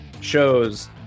shows